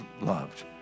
loved